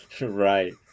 Right